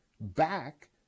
back